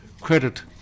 credit